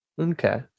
Okay